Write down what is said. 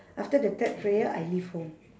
after the third prayer I leave home